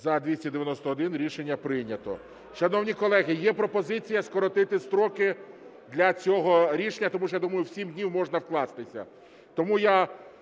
За-291 Рішення прийнято. Шановні колеги, є пропозиція скоротити строки для цього рішення, тому що, я думаю, в сім днів можна вкластися.